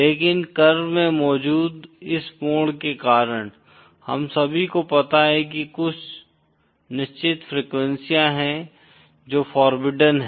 लेकिन कर्व में मौजूद इस मोड़ के कारण हम सभी को पता है कि कुछ निश्चित फ्रीक्वेंसीयाँ हैं जो फोर्बिडन हैं